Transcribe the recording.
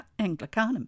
Anglicanum